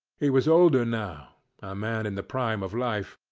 he was older now a man in the prime of life.